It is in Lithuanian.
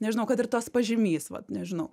nežinau kad ir tas pažymys vat nežinau